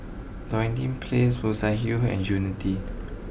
Dinding place Muswell Hill and Unity